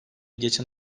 geçen